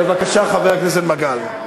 בבקשה, חבר הכנסת מגל.